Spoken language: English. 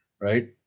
right